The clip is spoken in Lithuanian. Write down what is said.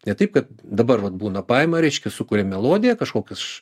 ne taip kad dabar vat būna paima reiškia sukuria melodiją kažkokius